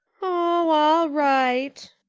oh, all right,